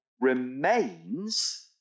remains